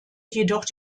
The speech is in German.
jedoch